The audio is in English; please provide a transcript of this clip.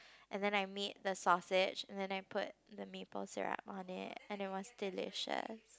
and then I made the sausage and then I put the maple syrup on it and it was delicious